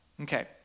Okay